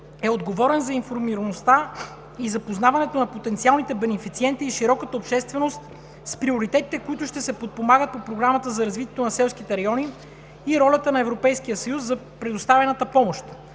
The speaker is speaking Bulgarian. е отговорен за информираността и запознаването на потенциалните бенефициенти и широката общественост с приоритетите, които ще се подпомагат по Програмата за развитието на селските райони и ролята на Европейския съюз за предоставената помощ.